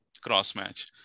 cross-match